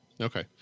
okay